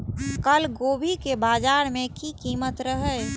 कल गोभी के बाजार में की कीमत रहे?